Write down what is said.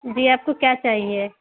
جی آپ کو کیا چاہیے